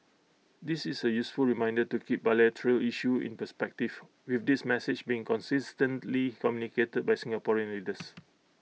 this is A useful reminder to keep bilateral issues in perspective with this message being consistently communicated by Singapore leaders